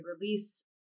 release